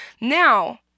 Now